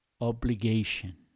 obligation